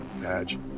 badge